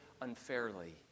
unfairly